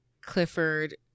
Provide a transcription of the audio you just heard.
Clifford